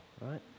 right